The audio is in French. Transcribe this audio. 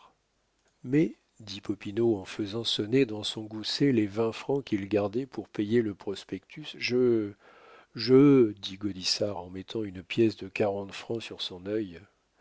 mais dit popinot en faisant sonner dans son gousset les vingt francs qu'il gardait pour payer le prospectus je je dit gaudissart en mettant une pièce de quarante francs sur son œil